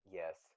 yes